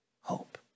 hope